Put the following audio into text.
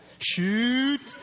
shoot